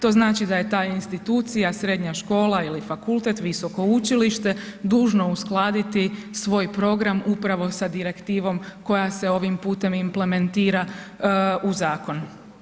To znači da je ta institucija, srednja škola ili fakultet, visoko učilište dužno uskladiti svoj program upravo sa direktivom koja se ovim putem implementira u zakon.